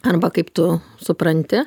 arba kaip tu supranti